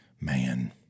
man